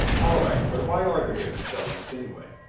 alright, but why are there different shell lengths anyway?